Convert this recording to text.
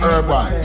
Urban